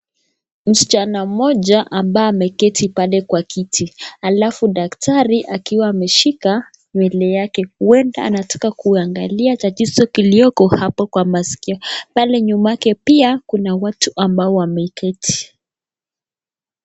Msichana mmoja ambaye ameketi pale kwa kiti alafu daktari akiwa ameshika nywele yake, huenda anataka kuangalia tatizo kilioko hapo kwa maskio, pale nyumake pia kuna watu ambao wameketi.